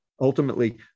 Ultimately